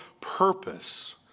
purpose